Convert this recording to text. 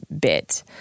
bit